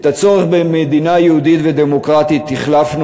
את הצורך במדינה יהודית ודמוקרטית החלפנו